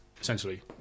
essentially